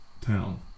town